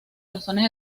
razones